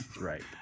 right